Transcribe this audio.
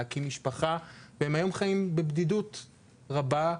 להקים משפחה והם היום חיים בבדידות רבה,